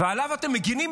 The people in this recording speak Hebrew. ועליו אתם מגינים?